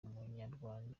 umunyarwanda